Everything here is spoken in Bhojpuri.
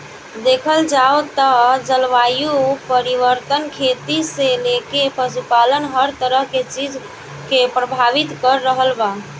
देखल जाव त जलवायु परिवर्तन खेती से लेके पशुपालन हर तरह के चीज के प्रभावित कर रहल बा